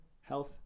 health